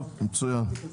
מצוין.